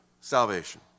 salvation